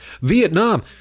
Vietnam